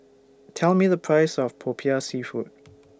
Tell Me The Price of Popiah Seafood